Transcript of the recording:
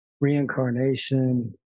reincarnation